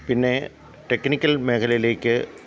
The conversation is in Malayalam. പിന്നെ ടെക്നിക്കല് മേഖലയിലേക്ക്